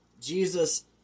Jesus